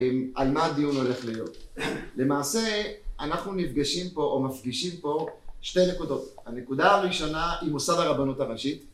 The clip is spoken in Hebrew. על מה הדיון הולך להיות. למעשה אנחנו נפגשים פה או מפגישים פה שתי נקודות. הנקודה הראשונה היא מוסד הרבנות הראשית